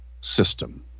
system